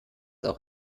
auch